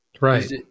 Right